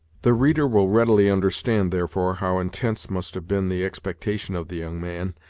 the reader will readily understand, therefore, how intense must have been the expectation of the young man,